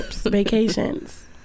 vacations